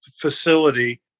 facility